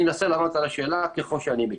אני אנסה לענות על השאלה ככל שאני מכיר.